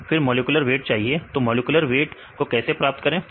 फिर molecular weight चाहिए तो मॉलिक्यूलर वेट को कैसे प्राप्त करें